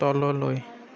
তললৈ